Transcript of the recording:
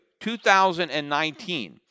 2019